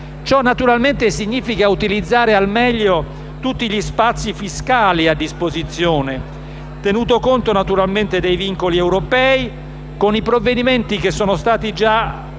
Ciò significa utilizzare al meglio tutti gli spazi fiscali a disposizione, tenuto conto dei vincoli europei, con i provvedimenti che sono stati già